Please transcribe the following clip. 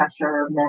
pressure